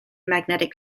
magnetic